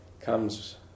comes